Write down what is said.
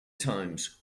times